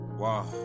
wow